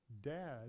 Dad